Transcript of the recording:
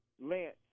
Lance